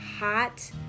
hot